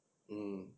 mm